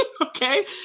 Okay